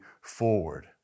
forward